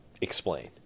explain